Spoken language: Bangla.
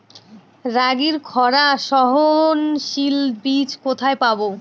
রাগির খরা সহনশীল বীজ কোথায় পাবো?